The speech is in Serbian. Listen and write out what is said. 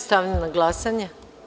Stavljam na glasanje.